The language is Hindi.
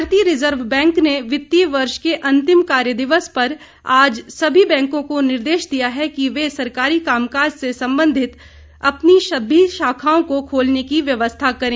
भारतीय रिजर्व बैंक ने वित्तीय वर्ष के अंतिम कार्य दिवस पर आज सभी बैंकों को निर्देश दिया है कि वे सरकारी काम काज से संबंधित अपनी सभी शाखाओं को खोलने की व्यवस्था करें